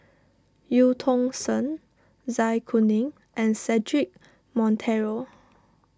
Eu Tong Sen Zai Kuning and Cedric Monteiro